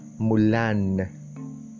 Mulan